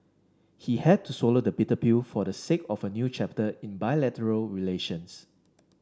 he had to swallow the bitter pill for the sake of a new chapter in bilateral relations